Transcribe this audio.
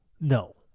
No